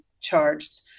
charged